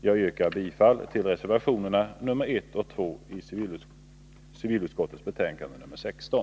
Jag yrkar bifall till reservationerna 1 och 2 i civilutskottets betänkande nr 16.